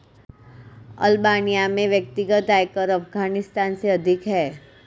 Albania में व्यक्तिगत आयकर अफ़ग़ानिस्तान से अधिक है